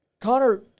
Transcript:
connor